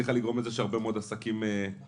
הצליחה לגרום לזה שהרבה מאוד עסקים נשארו